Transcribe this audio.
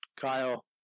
Kyle